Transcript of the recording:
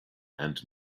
and